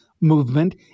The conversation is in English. movement